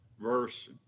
verse